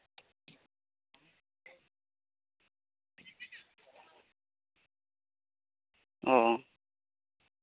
ᱚ